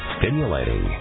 stimulating